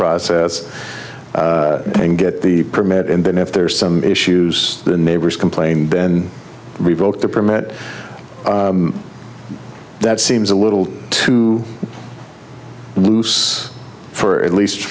process and get the permit and then if there's some issues the neighbors complain then revoke the permit that seems a little too loose for at least